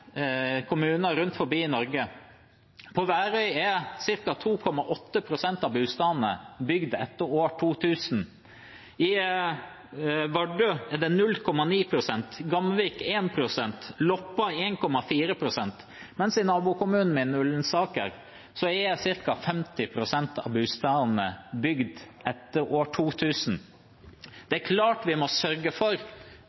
kommuner i Norge. På Værøy er ca. 2,8 pst. av boligene bygd etter år 2000, i Vardø er det 0,9 pst., i Gamvik 1 pst. og i Loppa 1,4 pst., mens i nabokommunen min, Ullensaker, er ca. 50 pst. av boligene bygd etter år 2000. Det